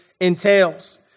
entails